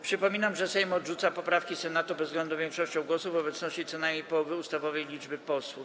Przypominam, że Sejm odrzuca poprawki Senatu bezwzględną większością głosów w obecności co najmniej połowy ustawowej liczby posłów.